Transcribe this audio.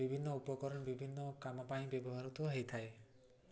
ବିଭିନ୍ନ ଉପକରଣ ବିଭିନ୍ନ କାମ ପାଇଁ ବ୍ୟବହାର ହେଇଥାଏ